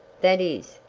that is,